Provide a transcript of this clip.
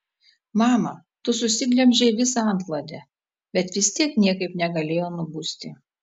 mama tu susiglemžei visą antklodę bet vis tiek niekaip negalėjo nubusti